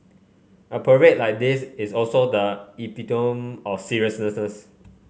a parade like this is also the epitome of seriousness